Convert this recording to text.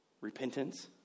repentance